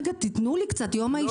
תנו לי קצת, זה יום האישה.